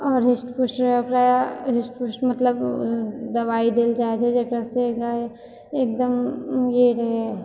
आओर हृष्ट पुष्ट रहै ओकरा हृष्ट पुष्ट मतलब दवाइ देल जाए छै जकरासँ गाइ एकदम ई रहै